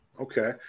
Okay